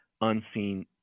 unseen